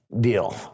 Deal